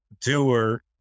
doer